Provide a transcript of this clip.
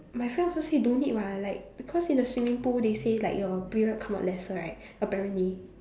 my friend also say don't need [what] like because in the swimming pool they say like your period come out lesser right apparently